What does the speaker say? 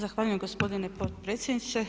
Zahvaljujem gospodine potpredsjedniče.